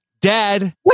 Dad